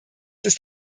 ist